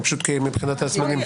פשוט מבחינת הזמנים,